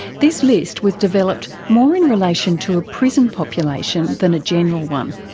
this list was developed more in relation to a prison population than a general one.